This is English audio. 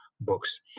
books